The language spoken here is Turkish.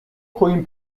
koyun